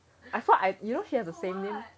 I felt I you know she has the same name